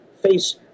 face